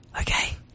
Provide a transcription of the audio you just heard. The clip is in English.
Okay